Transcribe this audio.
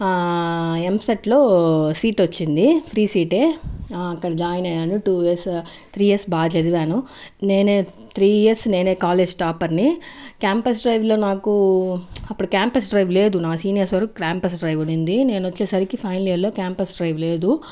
ఎంసెట్లో సీట్ వచ్చింది ఫ్రీ సీటే అక్కడ జాయిన్ అయ్యాను టూ ఇయర్స్ త్రీ ఇయర్స్ బాగా చదివాను నేనే త్రీ ఇయర్స్ నేనే కాలేజ్ టాపర్ని క్యాంపస్ డ్రైవ్లో నాకు అప్పుడు క్యాంపస్ డ్రైవ్ లేదు నా సీనియర్స్ వరకు క్యాంపస్ డ్రైవ్ ఉండింది నేను వచ్చేసరికి ఫైనల్ ఇయర్లో క్యాంపస్ డ్రైవ్ లేదు